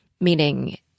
meaning